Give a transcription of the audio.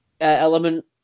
element